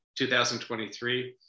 2023